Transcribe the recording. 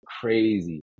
crazy